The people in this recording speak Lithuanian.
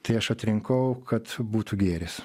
tai aš atrinkau kad būtų gėris